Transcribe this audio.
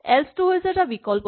else টো হৈছে এটা বিকল্প